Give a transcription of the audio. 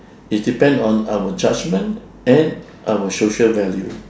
it's depend on our judgement and our social value